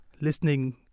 listening